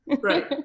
Right